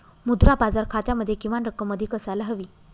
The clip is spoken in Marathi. मुद्रा बाजार खात्यामध्ये किमान रक्कम अधिक असायला हवी